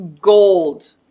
gold